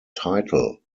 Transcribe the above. title